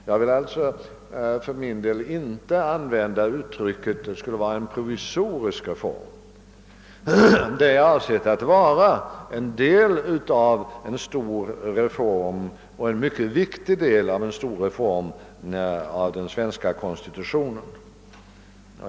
Jag vill alltså för min del inte säga att det är en provisorisk reform, utan den är avsedd att vara en del, och en mycket viktig del, av en stor reform av den svenska konstitutionen.